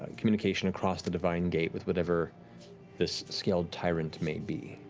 communication across the divine gate with whatever this scaled tyrant may be.